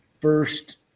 first